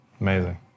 Amazing